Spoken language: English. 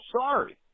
sorry